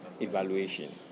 evaluation